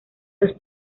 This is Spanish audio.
los